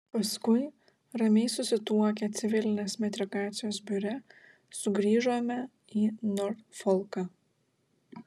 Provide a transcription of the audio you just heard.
paskui ramiai susituokę civilinės metrikacijos biure sugrįžome į norfolką